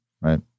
right